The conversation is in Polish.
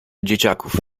dzieciaków